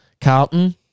Carlton